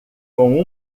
com